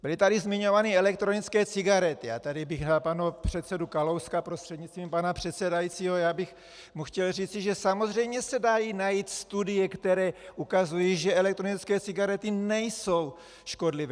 Byly tady zmiňovány elektronické cigarety a tady bych na pana předsedu Kalouska prostřednictvím pana předsedajícího, já bych mu chtěl říci, že samozřejmě se dají najít studie, které ukazují, že elektronické cigarety nejsou škodlivé.